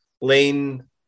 Lane